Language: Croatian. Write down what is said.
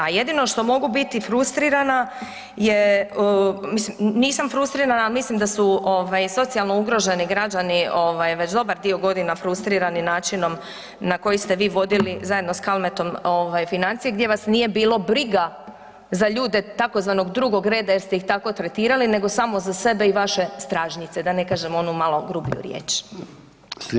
A jedino što mogu biti frustrirana je, mislim nisam frustrirana, ali mislim da su socijalno ugroženi građani već dobar dio godina frustrirani načinom na koji ste vi vodili zajedno sa Kalmetom financije gdje vas nije bilo briga za ljude tzv. drugog reda jer ste ih tako tretirali, nego samo za sebe i vaše stražnjice da ne kažem onu malo grublju riječ.